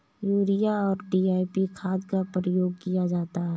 urea और DAP खाद का प्रयोग किया जाता है